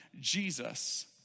Jesus